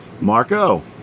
Marco